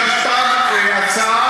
הגשת פעם הצעה,